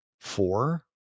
four